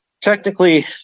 technically